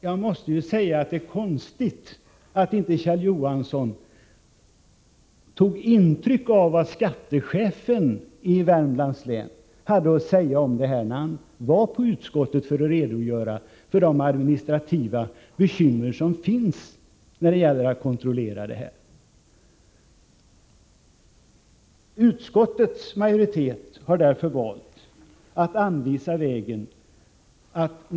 Jag måste säga att det är konstigt att Kjell Johansson inte tagit intryck av det som skattechefen i Värmands län hade att säga om det här när han inför utskottet redogjorde för de administrativa svårigheter som finns när det gäller kontroller av nämnda slag. Utskottets majoritet har valt att anvisa följande tillvägagångssätt.